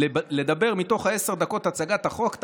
מתוך עשר דקות הצגת החוק,